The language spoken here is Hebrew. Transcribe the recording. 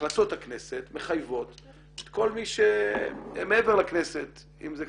והחלטות הכנסת מחייבות את כל מי שמעבר לכנסת אם זה,